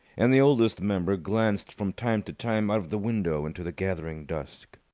and the oldest member glanced from time to time out of the window into the gathering dusk.